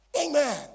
Amen